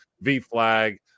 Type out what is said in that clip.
V-Flag